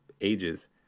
ages